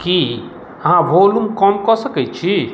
की अहाँ वॉल्यूम कम कऽ सकैत छी